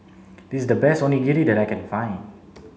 this is the best Onigiri that I can find